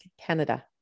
Canada